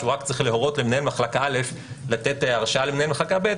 שהוא רק צריך להורות למנהל מחלקה א' לתת הרשאה למנהל מחלקה ב',